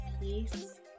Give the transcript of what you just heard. peace